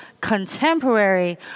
contemporary